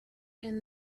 and